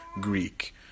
Greek